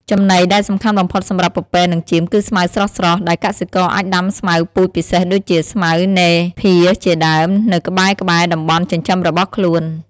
ចំណីដែលសំខាន់បំផុតសម្រាប់ពពែនិងចៀមគឺស្មៅស្រស់ៗ ដែលកសិករអាចដាំស្មៅពូជពិសេសដូចជា ស្មៅណេភៀរជាដើម នៅក្បែរៗតំបន់ចិញ្ចឹមរបស់ខ្លួន។